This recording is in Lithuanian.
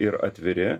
ir atviri